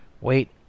wait